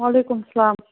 وعلیکُم السلام